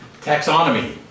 taxonomy